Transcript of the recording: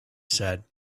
said